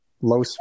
low